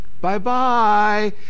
bye-bye